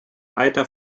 alter